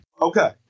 Okay